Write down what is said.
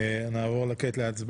אין לי מה להוסיף.